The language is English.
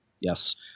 Yes